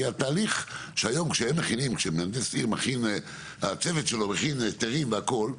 כי התהליך כשהיום כשמהנדס העיר מכין והצוות שלו מכין היתרים והכל,